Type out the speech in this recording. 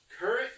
Current